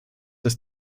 dass